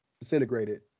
disintegrated